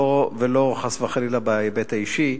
ולא חס וחלילה בהיבט האישי,